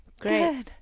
Great